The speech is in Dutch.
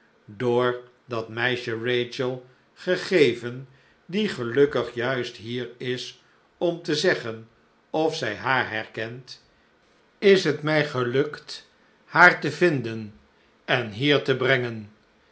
door dat meisje rachel gegeven die gelukkig juist hier is om te zeggen of zij haar herkent is het mij gelukt haar te vinden en hier te brengen